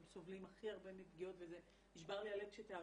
הם סובלים הכי הרבה מפגיעות ונשבר לי הלב כשתיארת